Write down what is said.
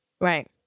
Right